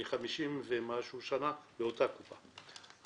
אני 50 ומשהו שנה באותה קופה,